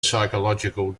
psychological